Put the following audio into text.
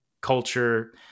culture